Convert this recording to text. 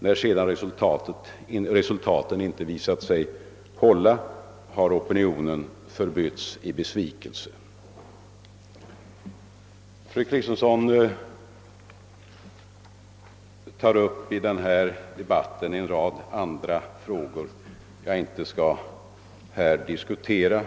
När sedan resultaten inte visat sig motsvara dessa förväntningar har optimismen förbytts i besvikelse. Fru Kristensson tar i denna debatt upp en rad andra frågor som jag inte nu skall diskutera.